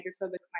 hydrophobic